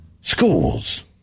schools